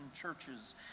churches